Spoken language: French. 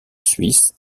suisse